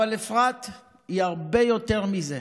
אפרת היא הרבה יותר מזה: